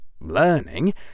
learning